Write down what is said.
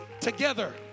together